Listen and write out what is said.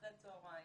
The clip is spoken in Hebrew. אחר הצהרים.